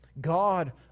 God